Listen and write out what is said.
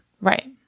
right